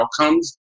outcomes